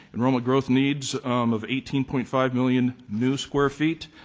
enrollment growth needs of eighteen point five million new square feet,